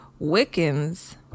wiccans